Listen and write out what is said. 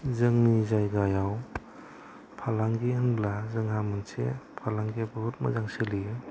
जोंनि जायगायाव फालांगि होनब्ला जोंहा मोनसे फालांगिया बहुथ मोजां सोलियो